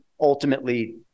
ultimately